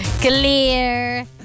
Clear